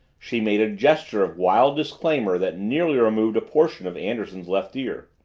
she made a gesture of wild disclaimer that nearly removed a portion of anderson's left ear.